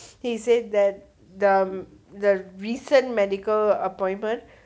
he said that the the recent medical appointment